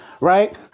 right